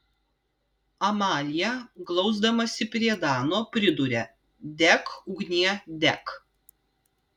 amalija glausdamasi prie dano priduria dek ugnie dek